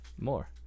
more